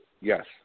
Yes